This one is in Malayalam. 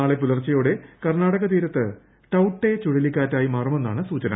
നാളെ പുലർച്ചയോടെ കർണാടക തീരത്ത് ടൌട്ടെ ചുഴലിക്കാറ്റായി മാറുമെന്നാണ് സൂചന